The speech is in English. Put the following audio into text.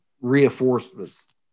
reinforcements